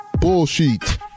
Bullshit